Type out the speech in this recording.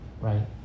right